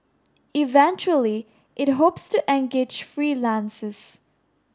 eventually it hopes to engage freelances